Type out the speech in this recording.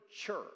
church